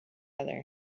other